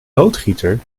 loodgieter